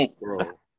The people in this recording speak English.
Bro